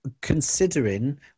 considering